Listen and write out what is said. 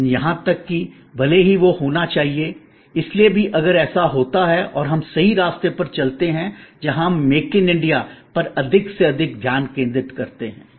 लेकिन यहां तक कि भले ही वह होना चाहिए इसलिए भी अगर ऐसा होता है और हम सही रास्ते पर चलते हैं जहां हम मेक इन इंडिया पर अधिक से अधिक ध्यान केंद्रित करते हैं